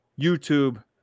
YouTube